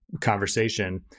conversation